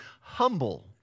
humble